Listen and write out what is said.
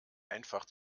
einfach